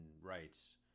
rights